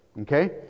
Okay